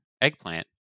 eggplant